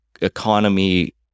economy